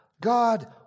God